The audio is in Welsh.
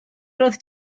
roedd